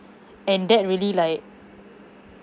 and that really like